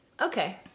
Okay